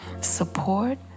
support